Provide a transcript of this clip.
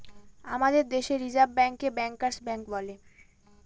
আমাদের দেশে রিসার্ভ ব্যাঙ্কে ব্যাঙ্কার্স ব্যাঙ্ক বলে